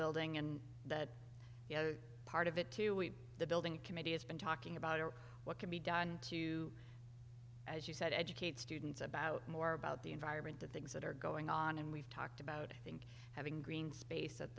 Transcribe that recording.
building and the you know part of it to the building committee has been talking about what can be done to as you said educate students about more about the environment the things that are going on and we've talked about i think having green space